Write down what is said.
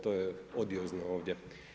To je odiozno ovdje.